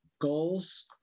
goals